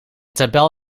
tabel